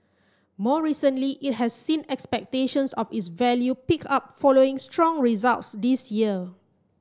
more recently it has seen expectations of its value pick up following strong results this year